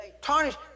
tarnish